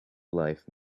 life